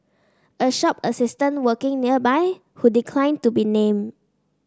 a shop assistant working nearby who declined to be named